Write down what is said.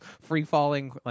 free-falling